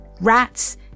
Rats